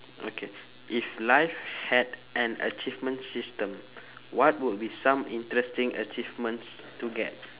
okay if life had an achievement system what would be some interesting achievements to get